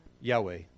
Yahweh